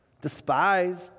despised